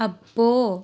అబ్బో